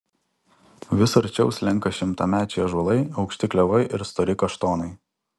vis arčiau slenka šimtamečiai ąžuolai aukšti klevai ir stori kaštonai